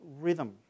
rhythm